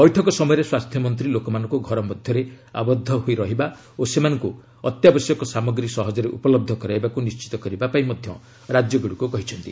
ବୈଠକ ସମୟରେ ସ୍ୱାସ୍ଥ୍ୟ ମନ୍ତ୍ରୀ ଲୋକମାନଙ୍କୁ ଘର ମଧ୍ୟରେ ଆବଦ୍ଧ ହୋଇ ରହିବା ଓ ସେମାନଙ୍କୁ ଅତ୍ୟାବଶ୍ୟକ ସାମଗ୍ରୀ ସହଜରେ ଉପଲବ୍ଧ କରାଇବାକୁ ନିଶିତ କରିବା ପାଇଁ ମଧ୍ୟ ରାଜ୍ୟଗୁଡ଼ିକୁ କହିଛନ୍ତି